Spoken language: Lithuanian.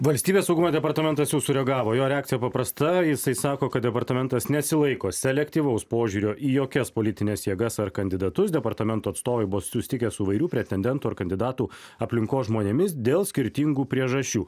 valstybės saugumo departamentas jau sureagavo jo reakcija paprasta jisai sako kad departamentas nesilaiko selektyvaus požiūrio į jokias politines jėgas ar kandidatus departamento atstovai buvo susitikę su įvairių pretendentų ar kandidatų aplinkos žmonėmis dėl skirtingų priežasčių